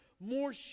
more